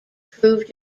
proved